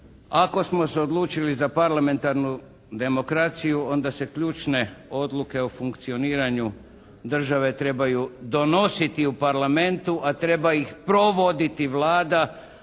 Ako smo se odlučili za parlamentarnu demokraciju onda se ključne odluke o funkcioniranju države trebaju donositi u Parlamentu, a treba ih provoditi Vlada,